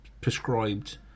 prescribed